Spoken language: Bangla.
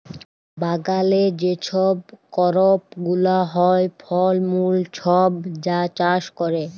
বাগালে যে ছব করপ গুলা হ্যয়, ফল মূল ছব যা চাষ ক্যরে